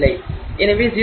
எனவே 0